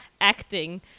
acting